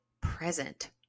present